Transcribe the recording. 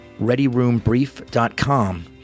readyroombrief.com